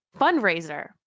fundraiser